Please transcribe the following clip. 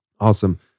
Awesome